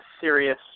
serious